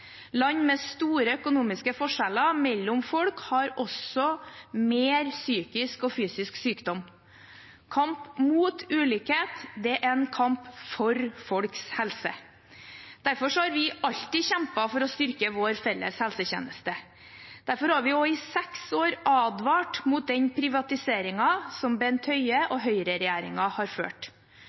Land med store økonomiske forskjeller mellom folk har også mer psykisk og fysisk sykdom. Kamp mot ulikhet er kamp for folks helse. Derfor har vi alltid kjempet for å styrke vår felles helsetjeneste. Derfor har vi også i seks år advart mot den privatiseringen som Bent Høie og høyreregjeringen har ført.